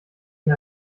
der